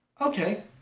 okay